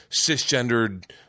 cisgendered